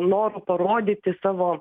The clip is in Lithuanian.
noru parodyti savo